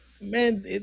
man